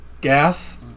gas